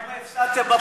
למה הפסדתם בבחירות?